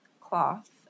cloth